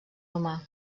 humà